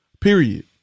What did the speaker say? Period